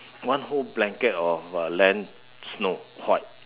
one whole blanket of uh land snow white